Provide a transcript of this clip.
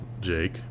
Jake